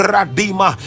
Radima